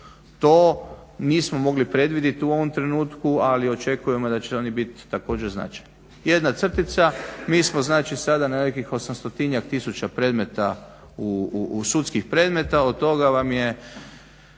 to nismo mogli predvidjet u ovom trenutku. Ali očekujemo da će oni bit također značajni. Jedna crtica, mi smo znači sada na nekih osamstotinjak tisuća predmeta, sudskih predmeta.